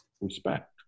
respect